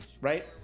right